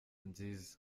nziza